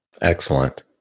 Excellent